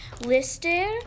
listed